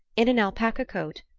in an alpaca coat,